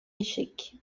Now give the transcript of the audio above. échec